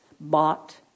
bought